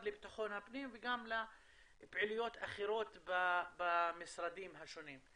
לבטחון הפנים וגם לפעילויות אחרות במשרדים השונים.